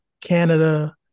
Canada